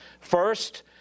First